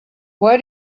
why